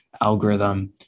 algorithm